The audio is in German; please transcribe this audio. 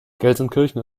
gelsenkirchen